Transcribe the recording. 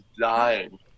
dying